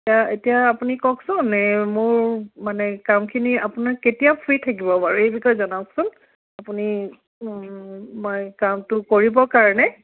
এতিয়া আপুনি কওকচোন এই মোৰ মানে কামখিনি আপুনি কেতিয়া ফ্ৰী থাকিব বাৰু এই বিষয়ে জনাওকচোন আপুনি মই কামটো কৰিবৰ কাৰণে